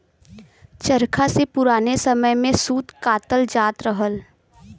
चरखा से पुराने समय में सूत कातल जात रहल